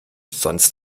sonst